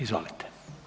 Izvolite.